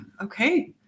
Okay